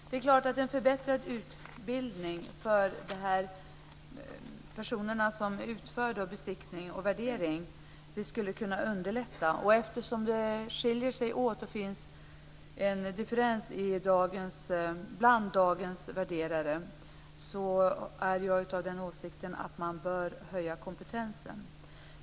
Det är klart att en förbättrad utbildning för de personer som utför besiktning och värdering skulle kunna underlätta, och eftersom det finns en differens bland dagens värderare är jag av den åsikten att man bör höja kompetensen.